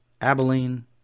Abilene